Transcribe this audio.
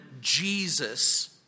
Jesus